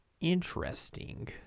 Interesting